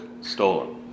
Stolen